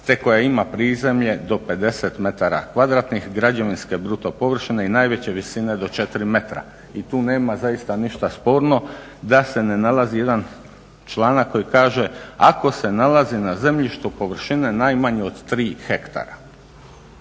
te koja ima prizemlje do 50 metara kvadratnih građevinske bruto površine i najveće visine do 4 metra i tu nema zaista ništa sporno, da se ne nalazi jedan članak koji kaže, ako se nalazi na zemljištu površine najmanje od 3 hektara.